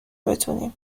بتونیم